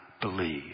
believe